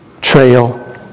trail